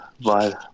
via